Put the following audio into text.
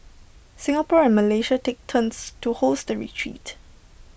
Singapore and Malaysia take turns to host the retreat